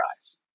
eyes